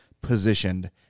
positioned